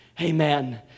Amen